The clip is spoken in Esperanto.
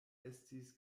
estis